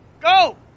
go